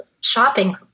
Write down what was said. shopping